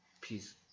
Peace